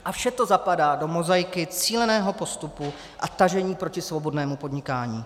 A vše to zapadá do mozaiky cíleného postupu a tažení proti svobodnému podnikání.